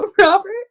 Robert